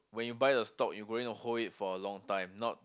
when you buy the stock you going to hold it for a long time not